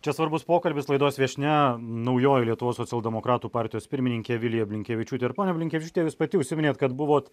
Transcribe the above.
čia svarbus pokalbis laidos viešnia naujoji lietuvos socialdemokratų partijos pirmininkė vilija blinkevičiūtė ir ponia blinkevičiūte jūs pati užsiminėt kad buvot